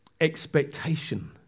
Expectation